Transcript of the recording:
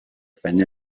penne